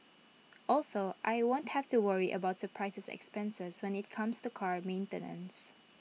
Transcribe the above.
also I won't have to worry about surprise expenses when IT comes to car maintenance